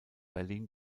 berlin